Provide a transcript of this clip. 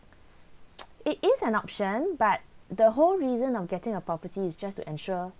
it is an option but the whole reason of getting a property is just to ensure